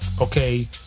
Okay